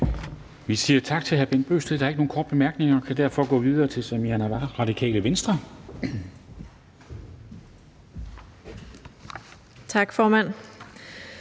Vi siger tak til hr. Bent Bøgsted. Der er ikke nogen korte bemærkninger, og vi kan derfor gå videre til Samira Nawa, Radikale Venstre. Kl.